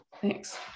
Thanks